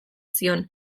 zion